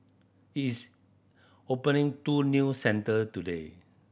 is opening two new centres today